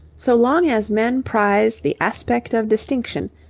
so long as men prize the aspect of distinction,